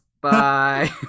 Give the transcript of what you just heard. Bye